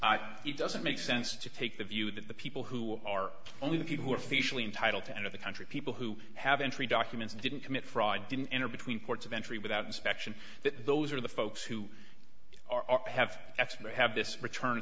it doesn't make sense to take the view that the people who are only the people who are officially entitled to enter the country people who have entry documents and didn't commit fraud didn't enter between ports of entry without inspection those are the folks who are have experts have this return